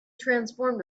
transformed